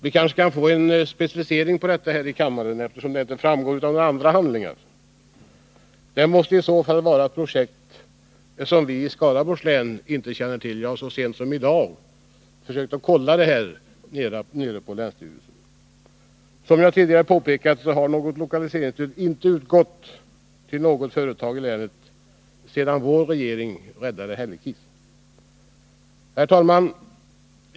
Vi kanske kan få en specificering av det här i kammaren, eftersom det inte framgår av några andra handlingar. Det måste i så fall vara projekt som vi i Skaraborgs län inte känner till. Jag har så sent som i dag kollat detta på länsstyrelsen. Som jag tidigare påpekade har något lokaliseringsstöd inte utgått till något företag i länet sedan vår regering räddade Hällekis. Herr talman!